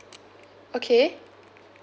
okay